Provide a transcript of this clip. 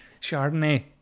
Chardonnay